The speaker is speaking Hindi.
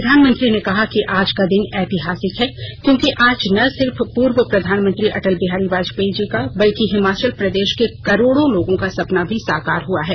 प्रधानमंत्री ने कहा कि आज का दिन ऐतिहासिक है क्योंकि आज न सिर्फ पूर्व प्रधानमंत्री अटल बिहारी बाजपयी जी का बल्कि हिमाचल प्रदेश के करोड़ो लोगों का सपना भी साकार हुआ है